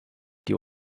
die